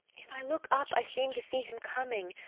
if i look up, i seem to see him coming,